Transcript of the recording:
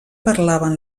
parlaven